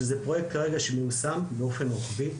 שזה פרוייקט כרגע שמיושם באופן רוחבי.